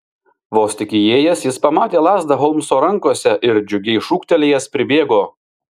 vos tik įėjęs jis pamatė lazdą holmso rankose ir džiugiai šūktelėjęs pribėgo